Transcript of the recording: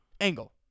Angle